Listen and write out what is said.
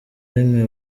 rimwe